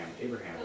Abraham